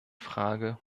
frage